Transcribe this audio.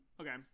Okay